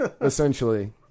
essentially